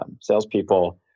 Salespeople